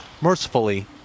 Mercifully